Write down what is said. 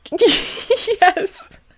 Yes